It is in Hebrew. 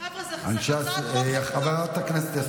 ימים